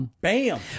Bam